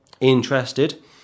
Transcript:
interested